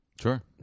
sure